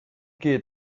keer